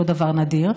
לא דבר נדיר,